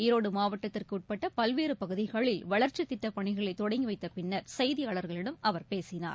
ஈரோடுமாவட்டத்திற்குட்பட்டபல்வேறுபகுதிகளில் வளர்ச்சித்திட்டப் பணிகளைதொடங்கிவைத்தபின்னர் செய்தியாளர்களிடம் அவர் பேசினார்